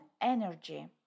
energy